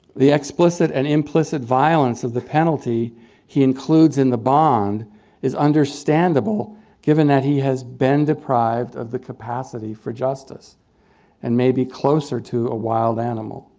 the explicit and implicit violence of the penalty he includes in the bond is understandable given that he has been deprived of the capacity for justice and may be closer to a wild animal.